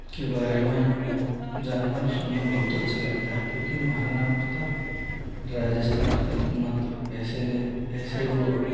के बारे में जानना और सुनना बहुत अच्छा लगता है क्योंकि महाराणा प्रताप राजस्थान के एकमात्र ऐसे ने ऐसे वो